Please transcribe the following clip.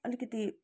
अलिकति